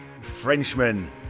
Frenchman